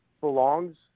belongs